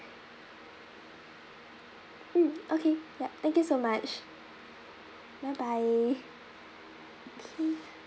mm okay ya thank you so much bye bye okay